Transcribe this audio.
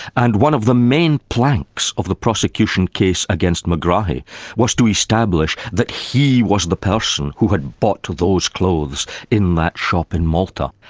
and one of the main planks of the prosecution case against megrahi was to establish that he was the person who had bought those clothes in that shop in malta.